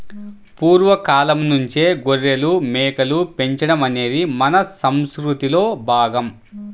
పూర్వ కాలంనుంచే గొర్రెలు, మేకలు పెంచడం అనేది మన సంసృతిలో భాగం